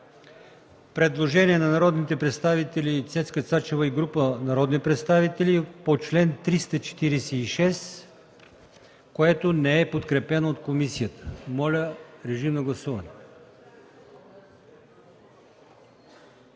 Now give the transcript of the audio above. предложение на народния представител Мустафа Карадайъ и група народни представители, което не е подкрепено от комисията. Моля, режим на гласуване.